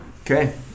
Okay